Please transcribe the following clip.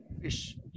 Fish